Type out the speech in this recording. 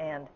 and